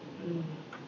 mm